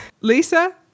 Lisa